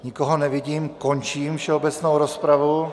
Nikoho nevidím, končím všeobecnou rozpravu.